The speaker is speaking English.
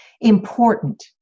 important